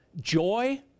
joy